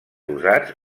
usats